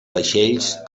vaixells